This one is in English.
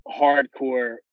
hardcore